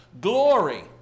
glory